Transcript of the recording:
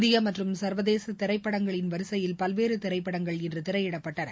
இந்திய மற்றும் சர்வதேச திரைப்படங்களின் வரிசையில் பல்வேறு திரைப்படங்கள் இன்று திரையிடப்பட்டன